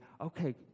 okay